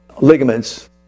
ligaments